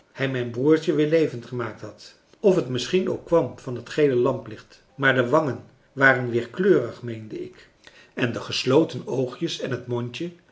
hij mijn broertje weer levend gemaakt had of het misschien ook kwam van het geele lamplicht maar de wangen waren weer kleurig meende ik en de gesloten oogjes en het mondje